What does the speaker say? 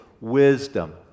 wisdom